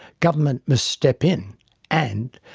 government must step in and,